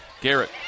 Garrett